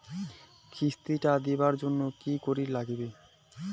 কিস্তি টা দিবার জন্যে কি করির লাগিবে?